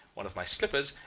one of my slippers,